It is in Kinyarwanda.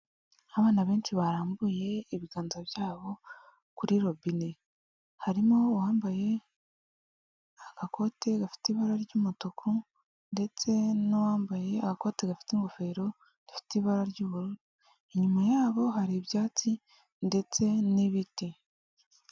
Abana benshi barambuye ibiganza byabo kuri robine, harimo uwambaye agakoti gafite ibara ry'umutuku ndetse n'uwambaye agakote gafite ingofero, gafite ibara ry'ubururu inyuma yabo hari ibyatsi ndetse n'ibiti.